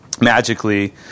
magically